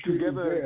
Together